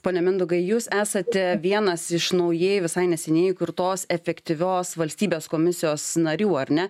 pone mindaugai jūs esate vienas iš naujai visai neseniai įkurtos efektyvios valstybės komisijos narių ar ne